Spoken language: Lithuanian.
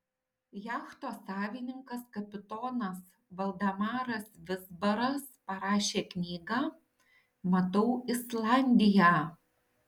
jachtos savininkas kapitonas valdemaras vizbaras parašė knygą matau islandiją